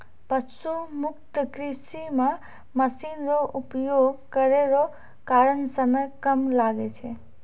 पशु मुक्त कृषि मे मशीन रो उपयोग करै रो कारण समय कम लागै छै